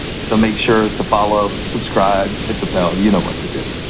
so make sure to follow, subscribe, hit the bell. you know what to do.